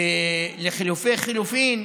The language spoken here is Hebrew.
ולחלופי חלופין,